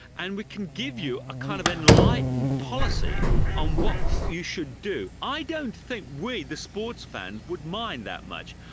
and we can give you a kind of enlightened policy on what you should do. i don't think we, the sports fans, would mind that much.